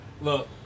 look